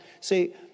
See